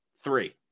three